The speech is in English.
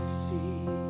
see